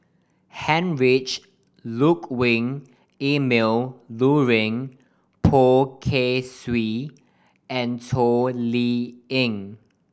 Heinrich Ludwig Emil Luering Poh Kay Swee and Toh Liying